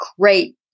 great